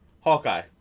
Hawkeye